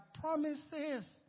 promises